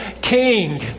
King